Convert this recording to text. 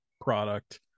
product